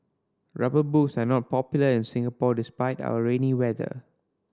Rubber Boots are not popular in Singapore despite our rainy weather